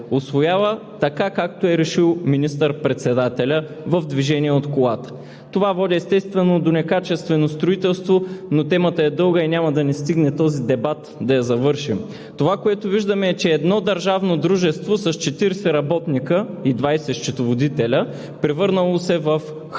усвоява така, както е решил министър-председателят в движение от колата. Това води, естествено, до некачествено строителство, но темата е дълга и няма да ни стигне този дебат да я завършим. Това, което виждаме, е, че едно държавно дружество с 40 работници и 20 счетоводители, превърнало се в хъб